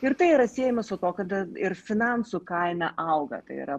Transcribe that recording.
ir tai yra siejama su tuo kad ir finansų kaina auga tai yra